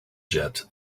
jet